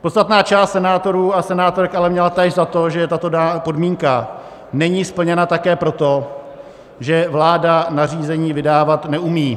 Podstatná část senátorů a senátorek ale měla též za to, že tato daná podmínka není splněna také proto, že vláda nařízení vydávat neumí.